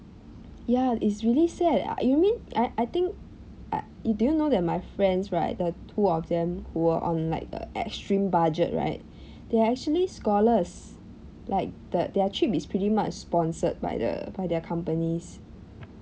ya it's really sad uh you mean I I think uh do you know that my friends right the two of them who were on like a extreme budget right they are actually scholars like the their trip is pretty much sponsored by the by their companies